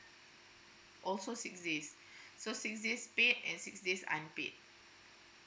also six days so six days paid and six days unpaid